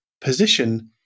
position